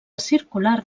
circular